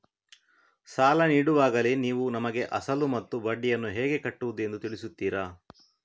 ಸಾಲ ನೀಡುವಾಗಲೇ ನೀವು ನಮಗೆ ಅಸಲು ಮತ್ತು ಬಡ್ಡಿಯನ್ನು ಹೇಗೆ ಕಟ್ಟುವುದು ಎಂದು ತಿಳಿಸುತ್ತೀರಾ?